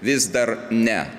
vis dar ne